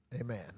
Amen